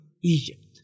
Egypt